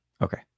Okay